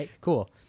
cool